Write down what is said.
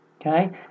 okay